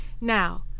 Now